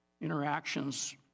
interactions